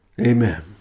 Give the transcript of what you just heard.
Amen